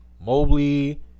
mobley